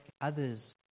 others